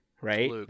Right